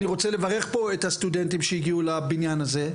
אני רוצה לברך פה את הסטודנטים שהגיעו לבניין הזה.